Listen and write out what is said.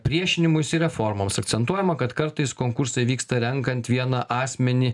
priešinimusi reformoms akcentuojama kad kartais konkursai vyksta renkant vieną asmenį